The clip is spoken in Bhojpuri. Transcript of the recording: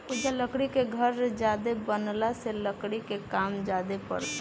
ओजा लकड़ी के घर ज्यादे बनला से लकड़ी के काम ज्यादे परता